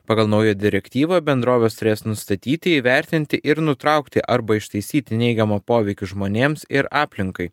pagal naują direktyvą bendrovės turės nustatyti įvertinti ir nutraukti arba ištaisyti neigiamą poveikį žmonėms ir aplinkai